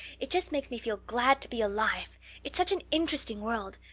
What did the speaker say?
it just makes me feel glad to be alive it's such an interesting world.